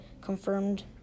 confirmed